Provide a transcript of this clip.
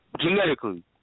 genetically